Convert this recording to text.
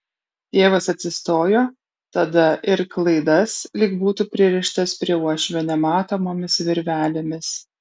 tėvas atsistojo tada ir klaidas lyg būtų pririštas prie uošvio nematomomis virvelėmis